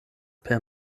per